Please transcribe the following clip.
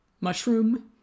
mushroom